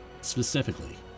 specifically